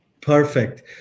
Perfect